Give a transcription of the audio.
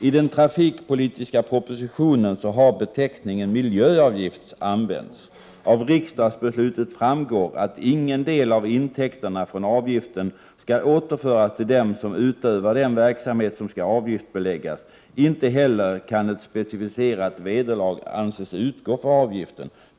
I den trafikpolitiska propositionen har beteckningen miljöavgift använts. Av riksdagsbeslutet framgår att ingen del av intäkterna från avgiften skall återföras till dem som utövar den verksamhet som skall avgiftsbeläggas. Inte heller kan ett specificerat vederlag anses utgå för avgiften.